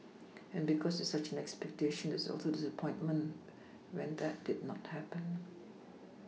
and because there is such an expectation there is also disappointment when that did not happen